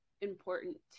important